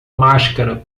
máscara